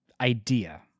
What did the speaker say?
idea